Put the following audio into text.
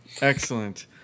Excellent